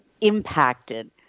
impacted